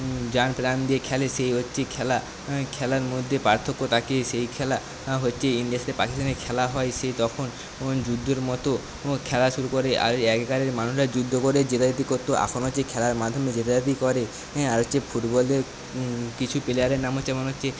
জানপ্রান দিয়ে খেলে সেই হচ্ছে খেলা খেলার মধ্যে পার্থ্যক থাকে সেই খেলা হচ্ছে ইন্ডিয়ার সাথে পাকিস্তানের খেলা হয় সেই তখন যুদ্ধর মত খেলা শুরু করে আর আগেকার মানুষেরা যুদ্ধ করে জেতাজেতি করতো এখন হচ্ছে খেলার মাধ্যমে জেতাজেতি করে হ্যাঁ আর হচ্ছে ফুটবলের কিছু প্লেয়ারের নাম হচ্ছে যেমন হচ্ছে